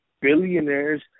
billionaires